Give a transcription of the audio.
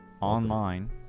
online